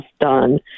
done